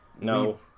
No